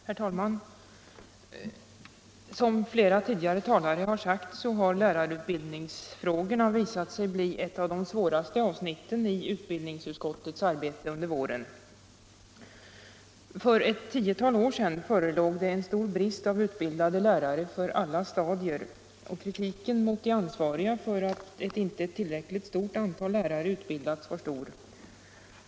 Herr talman! Som flera tidigare talare framhållit har lärarutbildningsfrågorna visat sig bli ett av de svåraste avsnitten i utbildningsutskottets arbete under våren. För ett tiotal år sedan förelåg en stor brist på utbildade lärare för alla stadier. Kritiken mot de ansvariga för att inte ett tillräckligt stort antal lärare utbildades var hård.